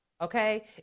okay